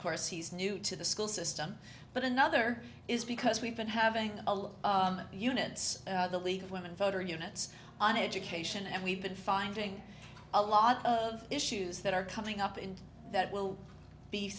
course he's new to the school system but another is because we've been having a lot of units the league of women voters units on education and we've been finding a lot of issues that are coming up and that we'll be